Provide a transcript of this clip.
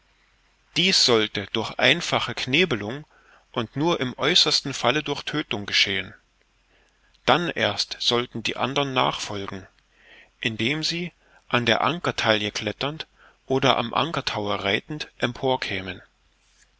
dies sollte durch einfache knebelung und nur im äußersten falle durch tödtung geschehen dann erst sollten die anderen nachfolgen indem sie an der ankertalje kletternd oder am ankertaue reitend